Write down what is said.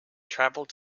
traveled